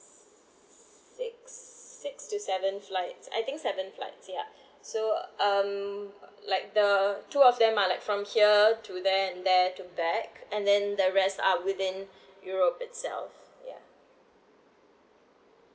si~ six six to seven flights I think seven flights ya so um like the two of them are like from here to there and there to back and then the rest are within europe itself